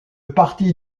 partie